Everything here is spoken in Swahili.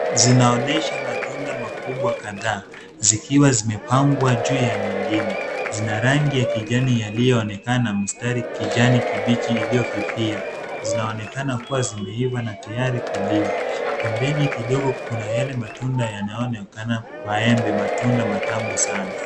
Zinaonesha matunda makubwa kadhaa zikiwa zimepangwa juu ya nyingine. Zina rangi ya kijani yaliyoonekana mstari kijani kibichi iliyofifia. Zinaonekana kuwa zimeiva na tayari kuliwa. Pembeni kidogo kuna yale matunda yanayoonekana maembe matunda matamu sana.